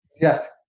yes